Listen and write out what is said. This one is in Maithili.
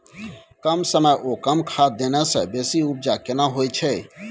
कम समय ओ कम खाद देने से बेसी उपजा केना होय छै?